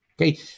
Okay